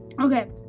Okay